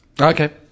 Okay